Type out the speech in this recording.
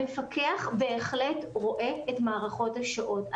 המפקח בהחלט רואה את מערכות השעות,